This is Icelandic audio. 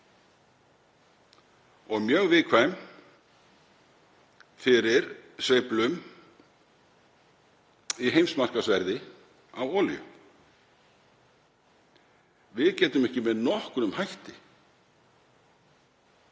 og mjög viðkvæm fyrir sveiflum í heimsmarkaðsverði á olíu. Við getum ekki með nokkrum hætti